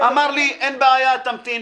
אמר לי, אין בעיה, תמתין.